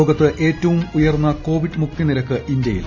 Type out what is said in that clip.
ലോകത്ത് ഏറ്റവും ഉയർന്ന് കോവിഡ് മുക്തി നിരക്ക് ഇന്ത്യയിൽ